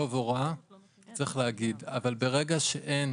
טוב או רע, צריך להגיד, אבל ברגע שאין